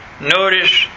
notice